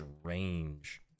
strange